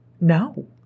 no